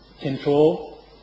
control